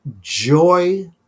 Joy